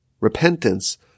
repentance